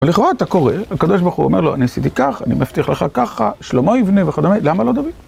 לכאורה, אתה קורא, הקדוש ברוך הוא אומר לו, אני עשיתי כך, אני מבטיח לך ככה, שלמה יבנה וכדומה, למה לא דוד?